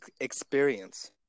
experience